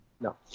No